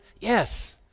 yes